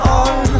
on